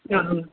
आं